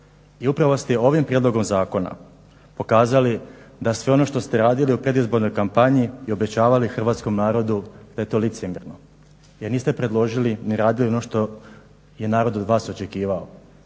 I upravo ste ovim prijedlogom zakona pokazali da sve ono što ste radili u predizbornoj kampanji i obećavali hrvatskom narodu da je to licemjerno jer niste predložili ni radili ono što je narod od vas očekivao,